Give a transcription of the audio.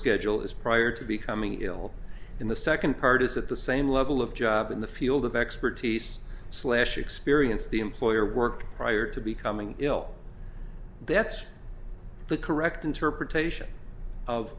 schedule is prior to becoming ill in the second part is that the same level of job in the field of expertise slash experience the employer work prior to becoming ill that's the correct interpretation of